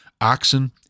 oxen